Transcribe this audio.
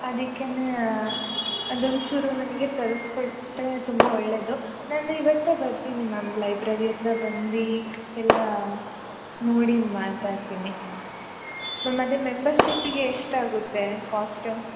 ಅದಕೆ ಅದೊಂಚೂರು ನನಗೆ ತರಿಸ್ಕೊಟ್ರೆ ತುಂಬ ಒಳ್ಳೆದು ನಾನು ಇವತ್ತೆ ಬರ್ತಿನಿ ಮ್ಯಾಮ್ ಲೈಬ್ರೆರಿ ಹತ್ತಿರ ಬಂದು ಎಲ್ಲ ನೋಡಿ ಮಾತಾಡ್ತಿನಿ ಮ್ಯಾಮ್ ಅದೆ ಮೆಂಬರ್ಶಿಪಿಗೆ ಎಷ್ಟಾಗುತ್ತೆ ಕಾಸ್ಟ್